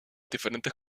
diferentes